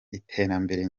iterambere